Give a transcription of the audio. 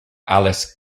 alice